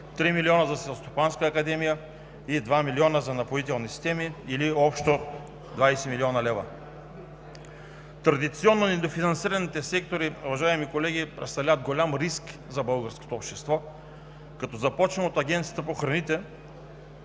3 милиона за Селскостопанската академия и 2 милиона за „Напоителни системи“, или общо 20 млн. лв. Традиционно недофинансираните сектори, уважаеми колеги, са голям риск за българското общество, като започна от Агенцията по храните